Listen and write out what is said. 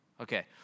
Okay